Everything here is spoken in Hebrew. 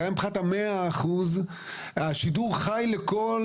גם מבחינת ה-100 אחוזים וגם שידור חי לכל